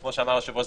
כפי שאמר היושב-ראש,